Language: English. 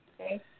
Okay